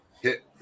hit